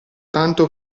tanto